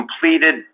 completed